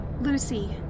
Lucy